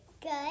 Good